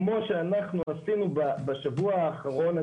כמו שאנחנו עשינו בשבוע האחרון,